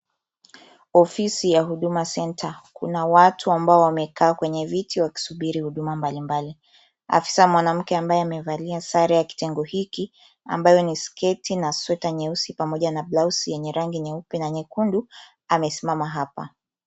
Ofisi ya huduma centre kuna watu ambao wamekaa kwenye viti wakisubiri huduma mbalimbali. Afisa mwanamke ambaye amevalia sare ya kitengo hiki ambayo ni sketi na sweta nyeusi pamoja na blausi yenye rangi nyeupe na nyekundu amesimama hapa.